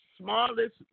smallest